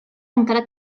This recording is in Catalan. encara